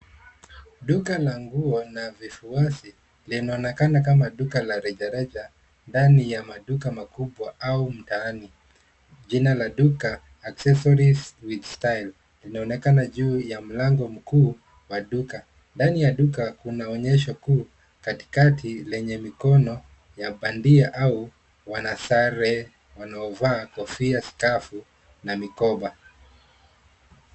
Duka la nguo na vifuasi linaonekana kama duka la rejareja ndani ya maduka makubwa au mtaani. Jina la duka Accessories with style linaonekana juu ya mlango mkuu wa duka. Ndani ya duka kuna onyesho kuu katikati lenye mikono ya bandia au wanasare wanaovaa kofia, skafu na mikoba.